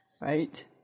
Right